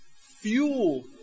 fuel